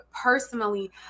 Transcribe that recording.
personally